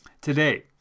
today